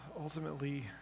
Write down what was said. ultimately